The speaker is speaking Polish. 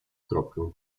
kropkę